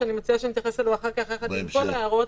שאני מציעה שנתייחס אליו אחר כך עם כל ההערות,